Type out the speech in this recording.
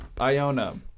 Iona